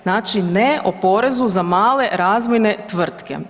Znači ne o porezu za male razvojne tvrtke.